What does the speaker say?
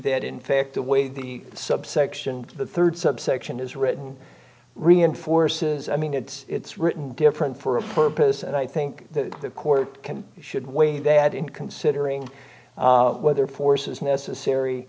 that in fact the way the subsection the third subsection is written reinforces i mean it's it's written different for a purpose and i think the court can should weigh that in considering whether force is necessary